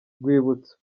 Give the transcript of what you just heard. rwibutso